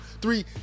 three